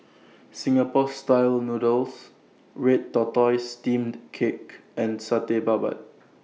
Singapore Style Noodles Red Tortoise Steamed Cake and Satay Babat